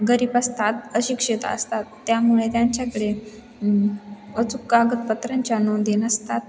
गरीब असतात अशिक्षित असतात त्यामुळे त्यांच्याकडे अचूक कागदपत्रांच्या नोंदी नसतात